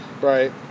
right